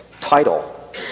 title